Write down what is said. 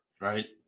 Right